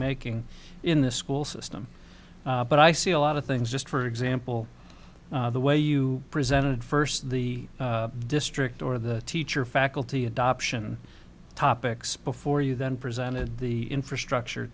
making in the school system but i see a lot of things just for example the way you presented first the district or the teacher faculty adoption topics before you then presented the infrastructure